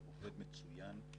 זה עובד מצוין.